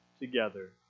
together